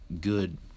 good